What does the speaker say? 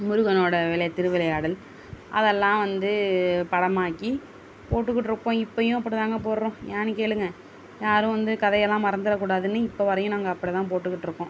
முருகனோடு விளை திருவிளையாடல் அதெல்லாம் வந்து படமாக்கி போட்டுக்கிட்டிருப்போம் இப்பையும் அப்படிதாங்க போடறோம் ஏன்னு கேளுங்கள் யாரும் வந்து கதையெல்லாம் மறந்துடக்கூடாதுன்னு இப்போ வரையும் நாங்கள் அப்படிதான் போட்டுக்கிட்டு இருக்கோம்